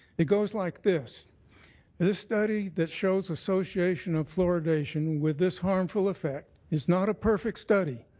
it goes like this. this study that shows association of fluoridation with this harmful effect is not a perfect study.